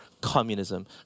communism